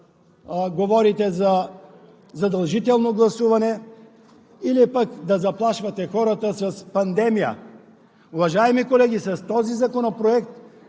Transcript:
говорите за задължително гласуване или пък да заплашвате хората с пандемия. Уважаеми колеги, с този законопроект